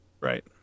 Right